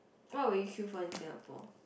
what would you queue for in Singapore